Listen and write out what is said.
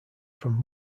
from